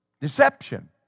Deception